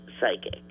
psychic